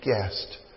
guest